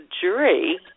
jury